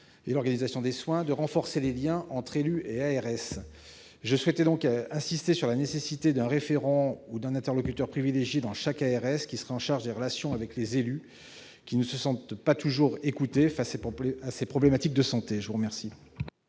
et l'organisation des soins, de renforcer les liens entre élus et ARS. J'insiste donc sur la nécessité d'avoir un référent ou un interlocuteur privilégié dans chaque ARS, lequel serait chargé des relations avec les élus, qui ne se sentent pas toujours écoutés face aux problématiques de santé. La parole